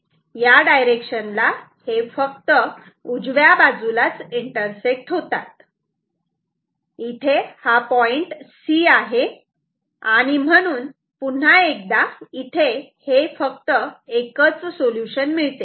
या डायरेक्शन ला हे फक्त उजव्या बाजूलाच इंटरसेक्ट होतात इथे हा पॉईंट C आहे आणि म्हणून पुन्हा एकदा इथे हे फक्त एकच सोल्युशन मिळते